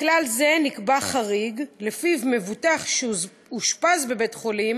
לכלל זה נקבע חריג, לפיו מבוטח שאושפז בבית-חולים